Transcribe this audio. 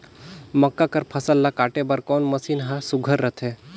मक्का कर फसल ला काटे बर कोन मशीन ह सुघ्घर रथे?